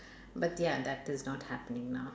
but ya that is not happening now